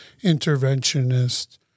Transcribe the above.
interventionist